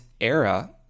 era